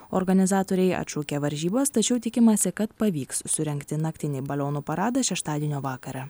organizatoriai atšaukė varžybas tačiau tikimasi kad pavyks surengti naktinį balionų paradą šeštadienio vakarą